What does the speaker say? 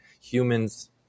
humans